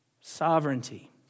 Sovereignty